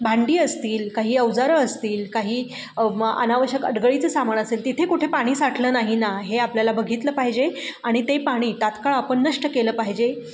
भांडी असतील काही अवजारं असतील काही अनावश्यक अडगळीचं सामान असेल तिथे कुठे पाणी साठलं नाही ना हे आपल्याला बघितलं पाहिजे आणि ते पाणी तात्काळ आपण नष्ट केलं पाहिजे